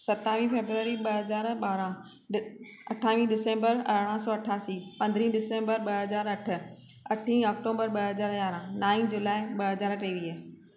सतावीह फ़बरवरी ॿ हज़ार ॿारहं अठावीह डिसेम्बरु अरिड़हं सौ अठासी पंद्रहीं डिसेम्बरु ॿ हज़ार अठ अठी अक्टूबरु ॿ हज़ार यारहं नाई जुलाई ॿ हज़ार टेवीह